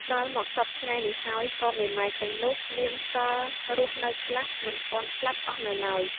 ដល់មកសព្វថ្ងៃនេះហើយ ក៏មេម៉ាយទាំងនោះ មានសល់រស់នៅខ្លះ មិនទាន់ស្លាប់អស់នៅឡើយ ។